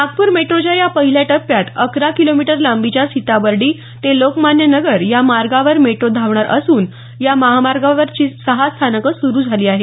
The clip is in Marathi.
नागपूर मेट्रोच्या या पहिल्या टप्प्यात अकरा किलोमीटर लांबीच्या सीताबर्डी ते लोकमान्य नगर या मार्गावर मेट्रो धावणार असून या मार्गावरची सहा स्थानकं सुरु झाली आहेत